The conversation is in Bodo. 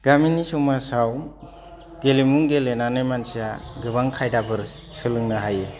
गामिनि समाजाव गेलेमु गेलेनानै मानसिया गोबां खायदाफोर सोलोंनो हायो